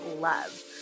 love